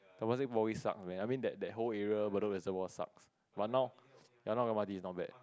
Temasek poly sucks man I mean that that whole area Bedok resevoir sucks but now but now M_R_T is not bad